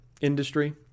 industry